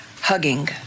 hugging